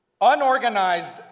Unorganized